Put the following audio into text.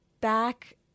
back